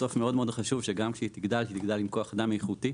בסוף מאוד-מאוד חשוב שגם כשהיא תגדל היא תגדל עם כוח אדם איכותי.